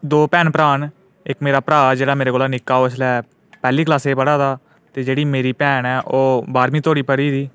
मेरे दो भैन भ्रा न इक मेरा भ्रा जेह्ड़ा माडे़ कोला निक्का ऐ ओह् पैह्ली कलासै च पढै दा ऐ जेह्डी मेरी भैन ऐ ओह् बाह्ऱमीं धोड़ी पढी दी